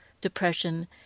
depression